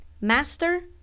Master